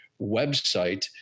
website